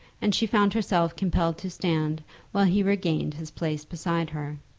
and she found herself compelled to stand while he regained his place beside her.